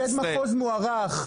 מפקד מחוז מוערך,